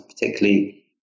particularly